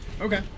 Okay